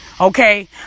Okay